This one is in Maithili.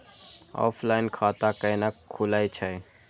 ऑफलाइन खाता कैना खुलै छै?